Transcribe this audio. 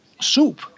soup